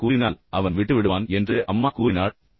நீங்கள் கூறினால் அவன் விட்டுவிடுவான் என்று அம்மா கூறினாள்